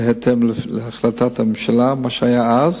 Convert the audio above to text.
בהתאם להחלטת הממשלה שהיתה אז,